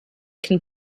can